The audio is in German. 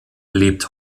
lebt